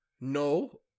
No